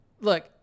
look